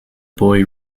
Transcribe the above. boy